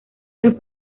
los